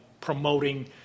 promoting